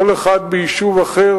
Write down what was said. כל אחד ביישוב אחר,